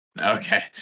Okay